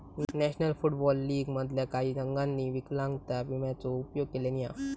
national football league मधल्या काही संघांनी विकलांगता विम्याचो उपयोग केल्यानी हा